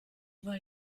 weil